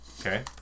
Okay